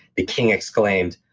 the king exclaimed,